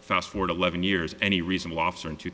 fast for the eleven years any reason lobster in two